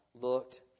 looked